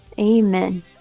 Amen